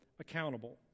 accountable